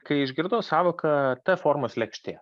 kai išgirdau sąvoką t formos lėkštė